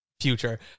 future